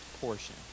portion